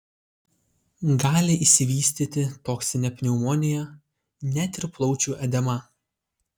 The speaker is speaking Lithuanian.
gali išsivystyti toksinė pneumonija net ir plaučių edema